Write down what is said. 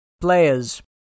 Players